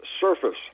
surface